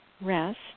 Rest